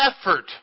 effort